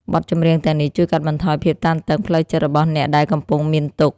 បទចម្រៀងទាំងនេះជួយកាត់បន្ថយភាពតានតឹងផ្លូវចិត្តរបស់អ្នកដែលកំពុងមានទុក្ខ។